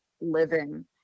living